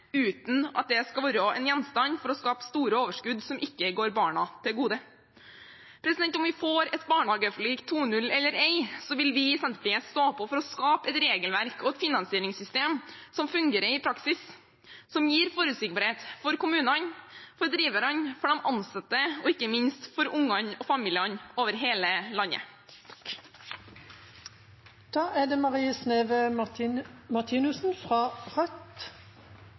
uten at dette skal være en gjenstand for å skape store overskudd som ikke kommer barna til gode. Om vi får et barnehageforlik 2.0 eller ei, vil vi i Senterpartiet stå på for å skape et regelverk og et finansieringssystem som fungerer i praksis, som gir forutsigbarhet for kommunene, for driverne, for de ansatte og ikke minst for ungene og familiene over hele landet. Hver morgen leverer jeg eller samboeren min det